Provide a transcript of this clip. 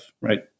right